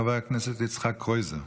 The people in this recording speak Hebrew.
חבר הכנסת יצחק קרויזר.